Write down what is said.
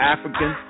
African